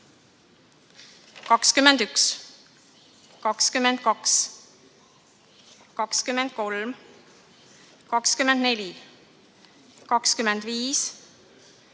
21, 22, 23, 24, 25,